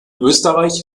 österreich